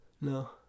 No